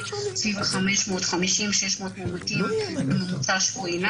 סביב ה-550 600 מאומתים בממוצע שבועי.